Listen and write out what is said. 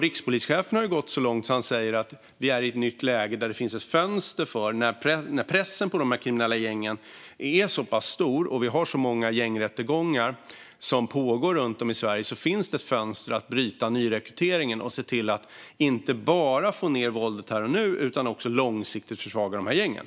Rikspolischefen har gått så långt att han säger att vi är i ett nytt läge, där pressen på de kriminella gängen är så pass stor och vi har så många gängrättegångar som pågår i Sverige att det finns ett fönster för att bryta nyrekryteringen och se till att inte bara få ned våldet här och nu utan att också långsiktigt försvaga gängen.